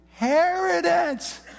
inheritance